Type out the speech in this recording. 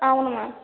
అవును మ్యామ్